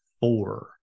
four